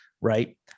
right